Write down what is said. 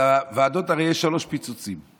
על הוועדות הרי יש שלושה פיצוצים.